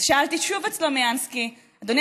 אז שאלתי שוב את סלומינסקי: אדוני,